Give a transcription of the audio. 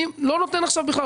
אני לא נותן עכשיו בכלל,